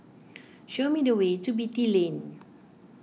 show me the way to Beatty Lane